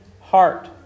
heart